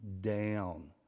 down